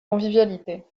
convivialité